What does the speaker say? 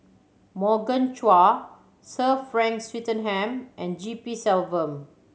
Morgan Chua Sir Frank Swettenham and G P Selvam